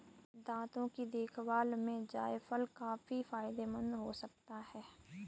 दांतों की देखभाल में जायफल काफी फायदेमंद हो सकता है